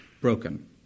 Broken